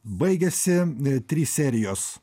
baigiasi trys serijos